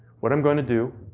what i'm going to do,